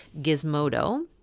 gizmodo